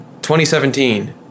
2017